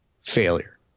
failure